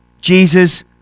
Jesus